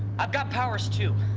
i've got powers too.